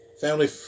Family